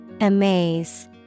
Amaze